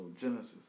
Genesis